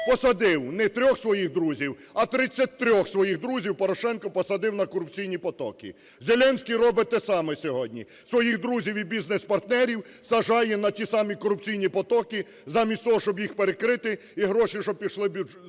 Посадив не трьох своїх друзів, а 33 своїх друзів Порошенко посадив на корупційні потоки. Зеленський робить те саме сьогодні: своїх друзів і бізнес-партнерів сажає на ті самі корупційні потоки замість того, щоб їх перекрити і гроші щоб пішли до бюджету;